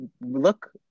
look